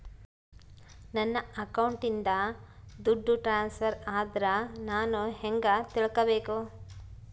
ನನ್ನ ಅಕೌಂಟಿಂದ ದುಡ್ಡು ಟ್ರಾನ್ಸ್ಫರ್ ಆದ್ರ ನಾನು ಹೆಂಗ ತಿಳಕಬೇಕು?